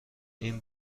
این